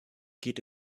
geht